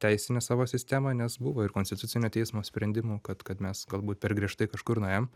teisinę savo sistemą nes buvo ir konstitucinio teismo sprendimų kad kad mes galbūt per griežtai kažkur nuėjom